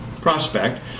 prospect